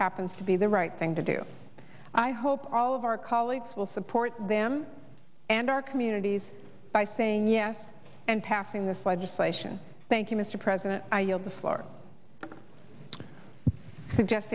happens to be the right thing to do i hope all of our colleagues will support them and our communities by saying yes and passing this legislation thank you mr president i yield the floor suggest